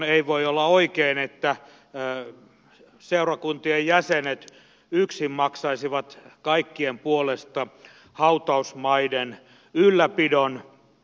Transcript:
ei voi olla oikein että seurakuntien jäsenet yksin maksaisivat kaikkien puolesta hautausmaiden ylläpidon